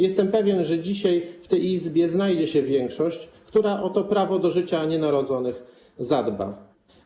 Jestem pewien, że dzisiaj w tej Izbie znajdzie się większość, która o to prawo do życia nienarodzonych zadba.